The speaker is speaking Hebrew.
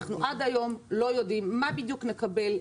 אנחנו עד היום לא יודעים מה בדיוק נקבל,